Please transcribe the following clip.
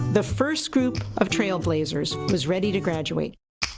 the first group of trailblazers was ready to graduate.